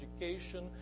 education